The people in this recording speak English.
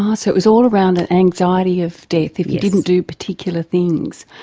um so it was all around ah anxiety of death if you didn't do particular things.